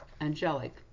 angelic